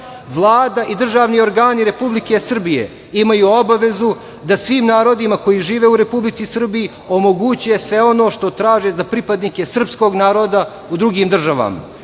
i državni organi Republike Srbije imaju obavezu da svim narodima koji žive u Republici Srbiji omoguće sve ono što traže za pripadnike srpskog naroda u drugim državama,